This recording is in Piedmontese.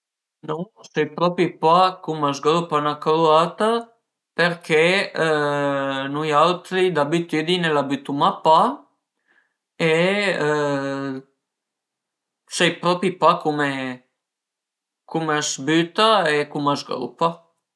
No sai propri pa cum a së grupa 'na cruata përché nui autri d'abitüdina la bütuma pa e sai propi pa cume a së büta e cume a së grupa